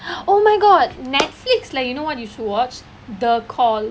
oh my god Netflix leh you know what you should watch the call